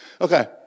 Okay